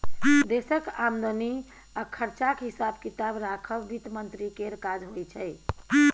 देशक आमदनी आ खरचाक हिसाब किताब राखब बित्त मंत्री केर काज होइ छै